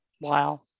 wow